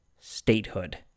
statehood